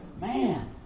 Man